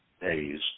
days